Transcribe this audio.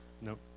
Nope